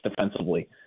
defensively